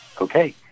okay